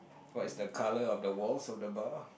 what is the color of the walls of the bar